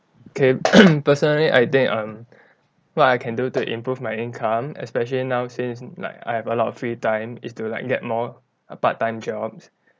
okay personally I think um what I can do to improve my income especially now since like I have a lot of free time is to like get more err part-time jobs